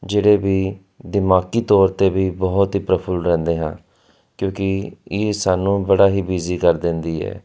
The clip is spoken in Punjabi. ਜਿਹੜੇ ਵੀ ਦਿਮਾਗੀ ਤੌਰ 'ਤੇ ਵੀ ਬਹੁਤ ਹੀ ਪ੍ਰਫੁੱਲ ਰਹਿੰਦੇ ਹਾਂ ਕਿਉਂਕਿ ਇਹ ਸਾਨੂੰ ਬੜਾ ਹੀ ਬਿਜ਼ੀ ਕਰ ਦਿੰਦੀ ਹੈ